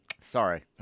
Sorry